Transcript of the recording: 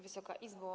Wysoka Izbo!